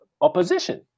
opposition